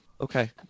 Okay